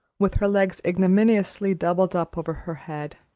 with her legs ignominiously doubled up over her head,